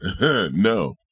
No